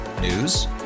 News